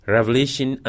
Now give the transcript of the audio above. Revelation